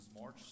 March